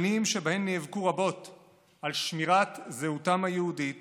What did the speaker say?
שנים שבהן נאבקו רבות על שמירת זהותם היהודית